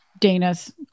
Dana's